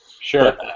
Sure